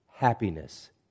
happiness